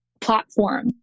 platform